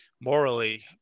morally